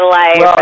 life